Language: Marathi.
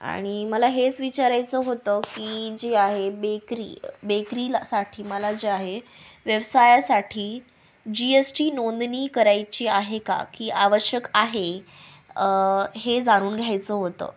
आणि मला हेच विचारायचं होतं की जी आहे बेकरी बेकरीला साठी मला जे आहे व्यवसायासाठी जी एस टी नोंदणी करायची आहे का की आवश्यक आहे हे जाणून घ्यायचं होतं